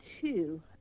two